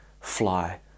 fly